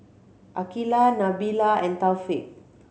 Aqeelah Nabila and Taufik